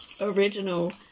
original